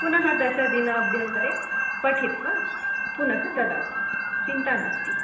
पुनः दशदिनाभ्यन्तरे पठित्वा पुनः ददातु चिन्ता नास्ति